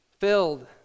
filled